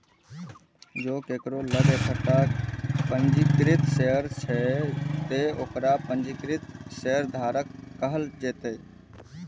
जों केकरो लग एकटा पंजीकृत शेयर छै, ते ओकरा पंजीकृत शेयरधारक कहल जेतै